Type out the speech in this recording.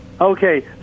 Okay